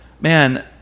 Man